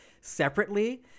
separately